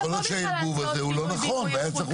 אז יכול להיות שהערבוב הזה הוא לא נכון והיה צריך